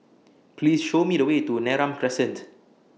Please Show Me The Way to Neram Crescent